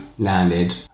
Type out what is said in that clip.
Landed